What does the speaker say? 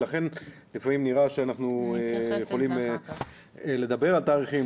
לכן לפעמים נראה שאנחנו יכולים לדבר על תאריכים,